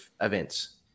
events